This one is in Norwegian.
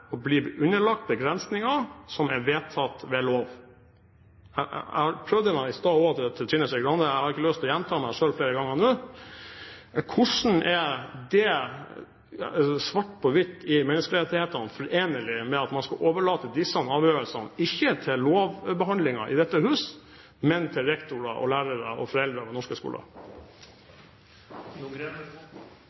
kan bli underlagt begrensninger som er vedtatt ved lov. Jeg prøvde i stad overfor Trine Skei Grande – jeg har ikke lyst til å gjenta meg selv flere ganger nå: Hvordan er det som står svart på hvitt i Menneskerettskonvensjonen, forenlig med at man skal overlate disse avgjørelsene ikke til lovbehandling i dette hus, men til rektorer, lærere og foreldre ved norske skoler?